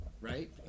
Right